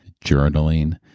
journaling